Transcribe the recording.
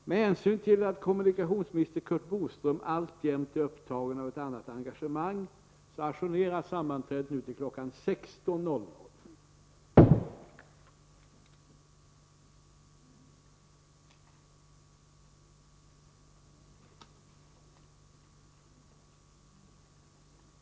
Med hänsyn till att kommunikationsminister Curt Boström alltjämt är upptagen av ett annat engagemang hemställer jag att kammaren nu beslutar att ajournera sina förhandlingar till kl. 16.00.